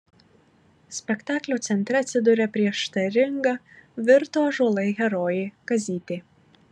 spektaklio centre atsiduria prieštaringa virto ąžuolai herojė kazytė